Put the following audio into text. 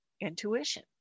intuition